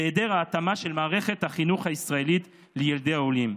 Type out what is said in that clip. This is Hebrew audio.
היעדר ההתאמה של מערכת החינוך הישראלית לילדי העולים,